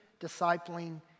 discipling